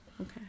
okay